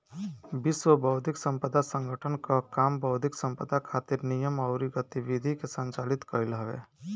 विश्व बौद्धिक संपदा संगठन कअ काम बौद्धिक संपदा खातिर नियम अउरी गतिविधि के संचालित कईल हवे